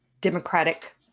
Democratic